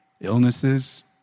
Illnesses